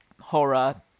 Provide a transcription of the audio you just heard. horror